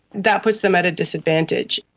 that puts them at a disadvantage.